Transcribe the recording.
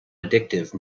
addictive